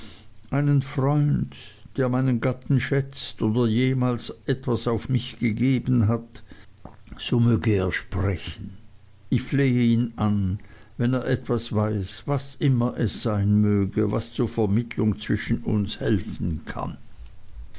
einen freund der meinen gatten schätzt oder jemals auf mich etwas gegeben hat so möge er sprechen ich flehe ihn an wenn er etwas weiß was immer es sein möge was zur vermittlung zwischen uns helfen kann